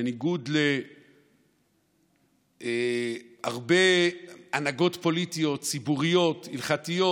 שבניגוד להרבה הנהגות פוליטיות ציבוריות הלכתיות,